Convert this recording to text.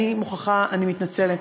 אני מתנצלת,